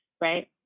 right